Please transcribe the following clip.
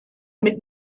mit